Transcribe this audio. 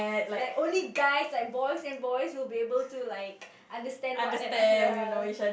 like only guys like boys and boys will be able to like understand one another